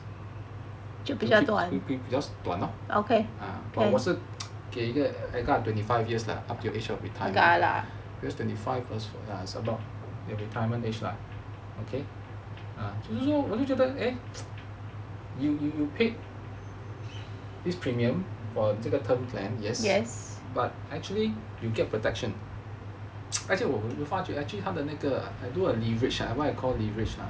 就不较短 lor ah 我是给一个 agak twenty five years lah until the age of retirement because twenty five plus ya it's about retirement age lah okay ah 就是说我就觉得 eh you paid this premium for 这个 term plan but actually you get protection 而且我发觉 actually 他的那个 leverage ah what you call leverage lah